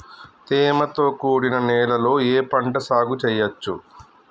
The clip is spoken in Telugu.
తేమతో కూడిన నేలలో ఏ పంట సాగు చేయచ్చు?